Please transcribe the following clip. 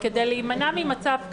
כדי להימנע ממצב כזה,